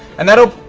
and that'll,